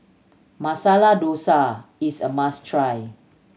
Masala Dosa is a must try